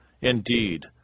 indeed